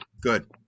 Good